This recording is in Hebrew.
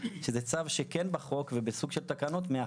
שזה צו שכן בחוק ובסוג של תקנות מאפשר